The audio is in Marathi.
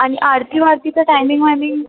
आणि आरती वारतीचं टायमिंग वायमिंग